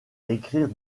écrire